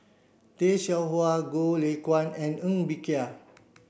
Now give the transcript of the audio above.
Tay Seow Huah Goh Lay Kuan and Ng Bee Kia